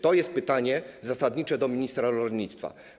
To jest pytanie zasadnicze do ministra rolnictwa.